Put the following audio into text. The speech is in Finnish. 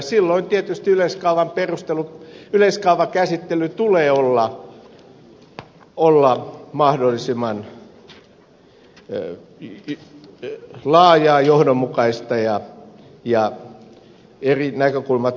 silloin tietysti yleiskaavakäsittelyn tulee olla mahdollisimman laajaa johdonmukaista ja eri näkökulmat huomioivaa